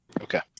Okay